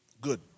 Good